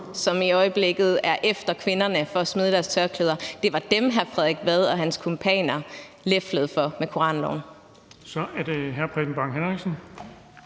som i øjeblikket er efter kvinderne, hvis de smider deres tørklæder. Det var dem, hr. Frederik Vad og hans kumpaner leflede for med koranloven. Kl. 12:19 Den fg. formand